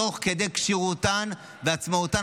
תוך כדי כשירותן ועצמאותן,